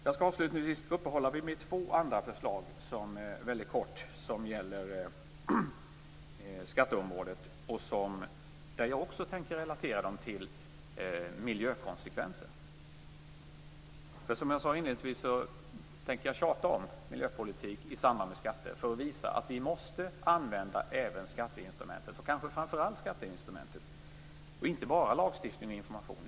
Jag skall avslutningsvis väldigt kort uppehålla mig vid två andra förslag som gäller skatteområdet. Jag tänker relatera också dem till miljökonsekvenser. För som jag sade inledningsvis, tänker jag tjata om miljöpolitik i samband med skatter för att visa att vi måste använda även skatteinstrumentet - och kanske t.o.m. framför allt skatteinstrumentet - och inte bara lagstiftning och information.